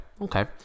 Okay